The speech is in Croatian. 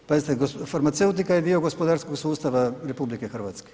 Pazite farmaceutika je dio gospodarskog sustava RH.